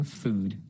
food